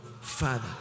father